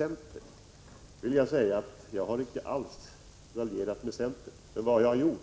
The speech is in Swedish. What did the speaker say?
Jag vill då säga att jag icke alls har raljerat med centern. Jag gjorde